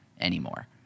anymore